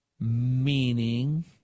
meaning